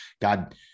God